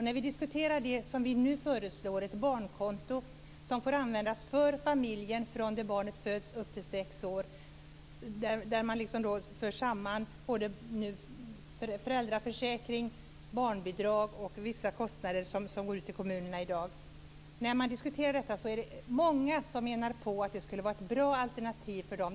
När man diskuterar det barnkonto som vi nu föreslår och som får användas för familjen från det att barnet föds till dess att barnet är sex år - där förs alltså samman föräldraförsäkring, barnbidrag och vissa kostnader som i dag gäller kommunerna - är det många som menar att det här skulle vara ett bra alternativ för dem.